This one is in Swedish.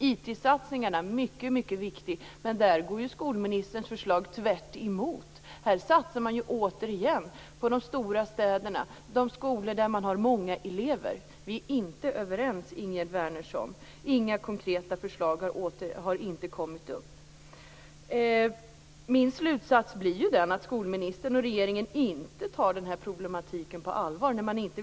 IT-satsningen är mycket viktig, men där går ju skolministerns förslag tvärtemot. Här satsar man återigen på de stora städerna och de skolor där man har många elever. Vi är inte överens, Ingegerd Wärnersson. Några konkreta förslag har inte kommit upp. Min slutsats när man inte vill svara på frågorna blir att skolministern och regeringen inte tar den här problematiken på allvar.